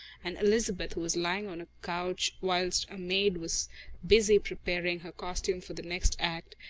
and elizabeth, who was lying on a couch whilst a maid was busy preparing her costume for the next act,